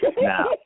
Now